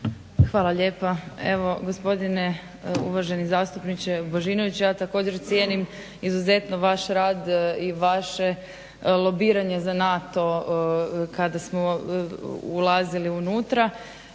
Hvala lijepa. Evo gospodine uvaženi zastupniče Božinović. Ja također cijenim izuzetno vaš rad i vaše lobiranje za NATO kada smo ulazili unutra.